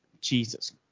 Jesus